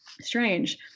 Strange